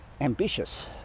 ambitious